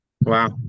wow